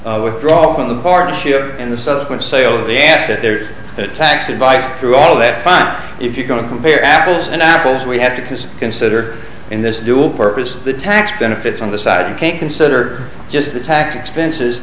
the withdrawal from the partnership and the subsequent seo the asset their tax advice through all that fine if you're going to compare apples and apples we have to consider in this dual purpose the tax benefits on the side you can't consider just the tax expenses